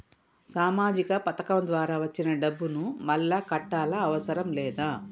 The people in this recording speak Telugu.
సామాజిక పథకం ద్వారా వచ్చిన డబ్బును మళ్ళా కట్టాలా అవసరం లేదా?